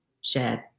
shared